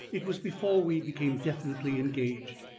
it was before we became definitely engaged,